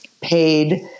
paid